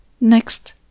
Next